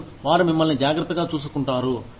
మరియు వారు మిమ్మల్ని జాగ్రత్తగా చూసుకుంటారు